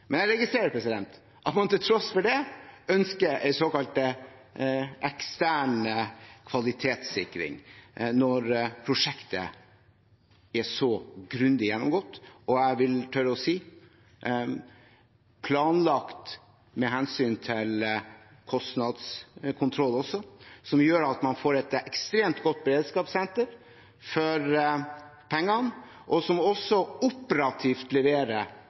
Men jeg registrerer at man til tross for det ønsker en såkalt ekstern kvalitetssikring – når prosjektet er så grundig gjennomgått. Jeg vil tørre å si at det er planlagt med hensyn til kostnadskontroll også, noe som gjør at man vil få et ekstremt godt beredskapssenter for pengene, som også operativt leverer